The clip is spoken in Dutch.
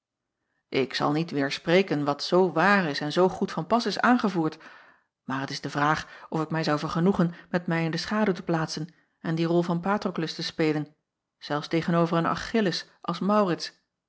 k zal niet weêrspreken wat zoo waar is en zoo goed van pas is aangevoerd maar het is de vraag of ik mij zou vergenoegen met mij in de schaduw te plaatsen acob van ennep laasje evenster delen en die rol van atroklus te spelen zelfs tegen-over een chilles als aurits